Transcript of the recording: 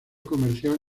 comercial